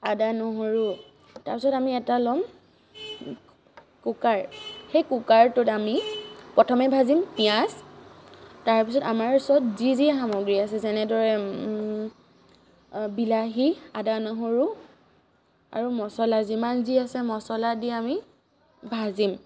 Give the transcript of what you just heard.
আদা নহৰু তাৰপিছত আমি এটা ল'ম কুকাৰ সেই কুকাৰটোত আমি প্ৰথমে ভাজিম পিঁয়াজ তাৰপিছত আমাৰ ওচৰত যি যি সামগ্ৰী আছে যেনেদৰে বিলাহী আদা নহৰু আৰু মছলা যিমান যি আছে মছলা দি আমি ভাজিম